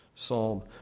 Psalm